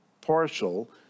partial